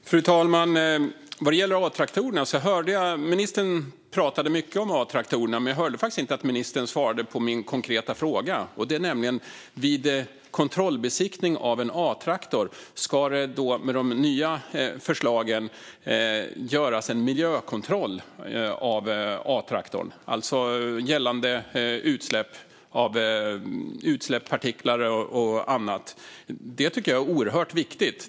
Fru talman! Ministern pratade mycket om A-traktorerna, men jag hörde faktiskt inte att han svarade på min konkreta fråga. Frågan var: Ska det, med de nya förslagen, vid kontrollbesiktning av en A-traktor göras en miljökontroll av A-traktorn gällande utsläpp av partiklar och annat? Detta tycker jag är oerhört viktigt.